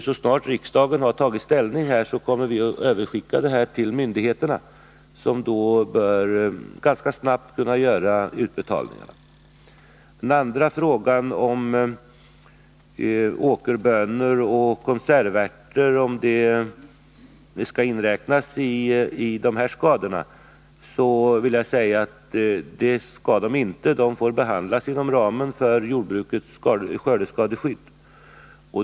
Så snart riksdagen har tagit ställning kommer förslaget att skickas över till myndigheterna, som då ganska omgående bör kunna göra utbetalningarna. Den andra frågan gällde om åkerbönor och konservärter skall inräknas i dessa skador. Det skall de inte. De får behandlas inom ramen för jordbrukets skördeskadeskydd.